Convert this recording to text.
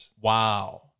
Wow